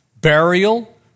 burial